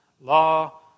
law